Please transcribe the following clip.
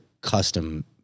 custom